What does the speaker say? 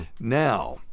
Now